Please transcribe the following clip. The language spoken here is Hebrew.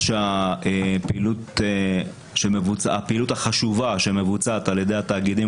שהפעילות החשובה שמבוצעת על ידי התאגידים